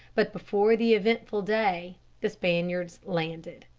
but before the eventful day the spaniards landed.